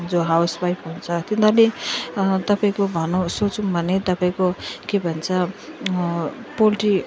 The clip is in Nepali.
जो हाउस वाइफ हुन्छ तिनीहरूले तपाईँको भनौँ सोच्यौँ भने तपाईँको के भन्छ पोल्ट्री